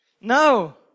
No